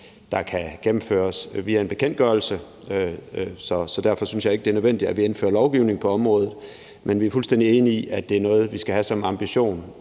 der kan gennemføres via en bekendtgørelse. Derfor synes jeg ikke, det er nødvendigt, at vi indfører lovgivning på området, men vi er fuldstændig enige i, at det er noget, vi skal have som ambition,